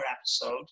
episode